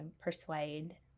persuade